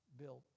built